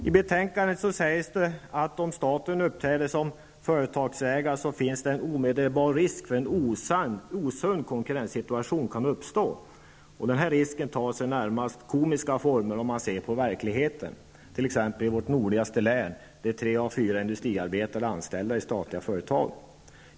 I betänkandet sägs det, att det om staten uppträder som företagsägare finns en omedelbar risk för att en osund konkurrenssituation kan uppstå. Denna risk ter sig närmast komisk om man ser på verkligheten, t.ex. i vårt nordligaste län, där tre av fyra industriarbetare är anställda i statliga företag.